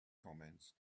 comments